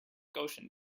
gaussian